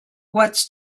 what’s